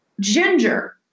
Ginger